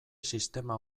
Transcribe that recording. sistema